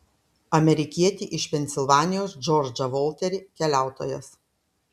amerikietį iš pensilvanijos džordžą volterį keliautojas